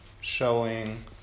showing